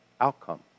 outcome